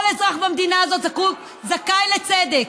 כל אזרח במדינה הזאת זכאי לצדק.